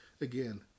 Again